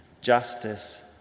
justice